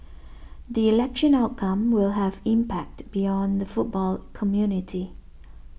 the election outcome will have impact beyond the football community